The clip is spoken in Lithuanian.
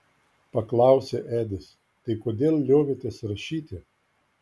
paklausė edis tai kodėl liovėtės rašyti